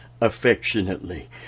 affectionately